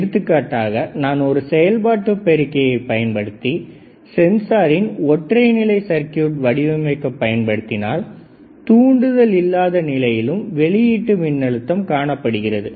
எடுத்துக்காட்டாக நான் ஒரு செயல்பாட்டு பெருக்கியை பயன்படுத்தி சென்சாரின் ஒற்றை நிலை சர்க்யூட்டை வடிவமைக்க பயன்படுத்தினால் தூண்டுதல் இல்லாத நிலையிலும் வெளியீட்டு மின்னழுத்தம் காணப்படுகிறது